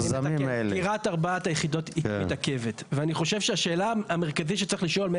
סגירת ארבעת היחידות מתעכבת ואני חושב שהשאלה המרכזית שצריך לשאול היא,